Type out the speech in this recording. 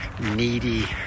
needy